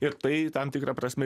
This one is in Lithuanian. ir tai tam tikra prasme